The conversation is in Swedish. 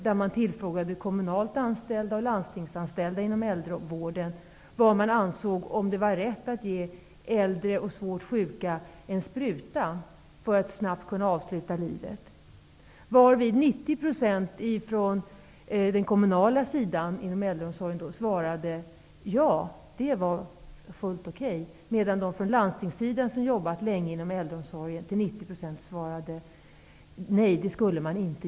Där tillfrågades kommunalt anställda resp. landstingsanställda inom äldrevården om de ansåg det vara rätt att ge äldre och svårt sjuka en spruta för att snabbt kunna avsluta livet. Därvid svarade 90 % från den kommunala sidan att det var fullt okej, medan de från landstingssidan som jobbat länge inom äldreomsorgen till 90 % svarade att man inte skulle göra det.